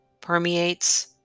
permeates